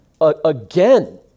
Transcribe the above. again